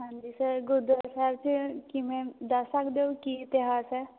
ਹਾਂਜੀ ਸਰ ਗੁਰਦੁਆਰਾ ਸਾਹਿਬ 'ਚ ਕਿਵੇਂ ਦੱਸ ਸਕਦੇ ਹੋ ਕਿ ਇਤਿਹਾਸ ਹੈ